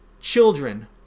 children